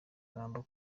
aramba